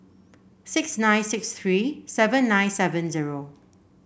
six nine six three seven nine seven zero